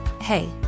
Hey